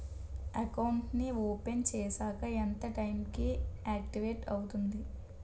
Account నీ open చేశాక ఎంత టైం కి ఆక్టివేట్ అవుతుంది?